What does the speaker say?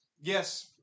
Yes